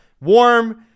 warm